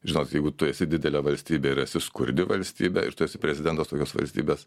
žinot jeigu tu esi didelė valstybė ir esi skurdi valstybė ir tu esi prezidentas tokios valstybės